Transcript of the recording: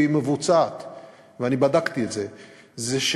והיא מבוצעת ואני בדקתי את זה,